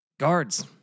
Guards